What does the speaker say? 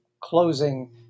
closing